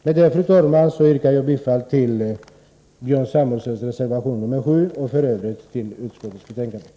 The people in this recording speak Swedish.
Med detta, fru talman, yrkar jag bifall till Björn Samuelsons reservation nr 7 och i övrigt till utskottets hemställan.